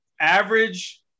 average